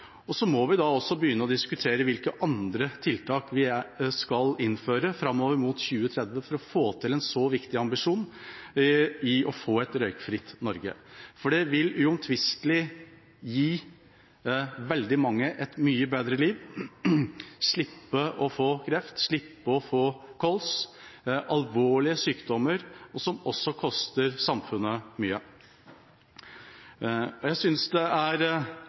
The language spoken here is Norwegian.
Så må vi begynne å diskutere hvilke andre tiltak vi skal innføre framover mot 2030 for å få til en så viktig ambisjon som å få et røykfritt Norge. Det vil uomtvistelig gi veldig mange et bedre liv, slippe å få kreft, slippe å få kols – alvorlige sykdommer som koster samfunnet mye. Jeg forstår SVs stillingtaken her i dag. Det er